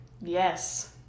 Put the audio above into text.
Yes